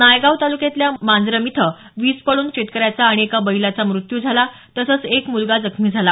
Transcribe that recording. नायगाव तालुक्यातल्या मांजरम इथं वीज पडून मारूती शिंदे या शेतकऱ्याचा आणि एका बैलाचा मृत्यू झाला तसंच एक मुलगा जखमी झाला